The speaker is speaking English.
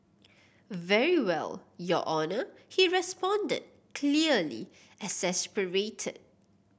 very well your Honour he responded clearly exasperated